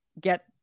get